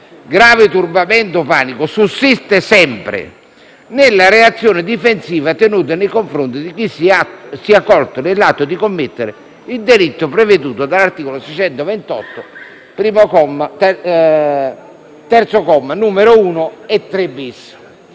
grave turbamento o panico sussiste sempre nella reazione difensiva tenuta nei confronti di chi sia colto nell'atto di commettere il delitto preveduto dall'articolo 628, terzo comma, n. 1 e 3-*bis*».